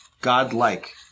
God-like